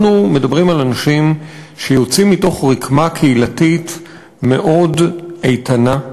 אנחנו מדברים על אנשים שיוצאים מתוך רקמה קהילתית מאוד איתנה,